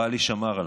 בעלי שמר עליו.